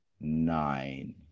nine